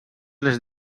les